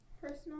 Personal